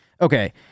Okay